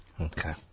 Okay